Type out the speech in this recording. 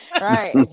Right